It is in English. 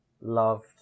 loved